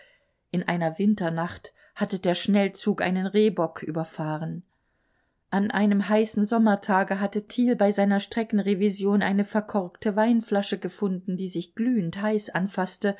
in einer winternacht hatte der schnellzug einen rehbock überfahren an einem heißen sommertage hatte thiel bei seiner streckenrevision eine verkorkte weinflasche gefunden die sich glühend heiß anfaßte